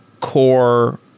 core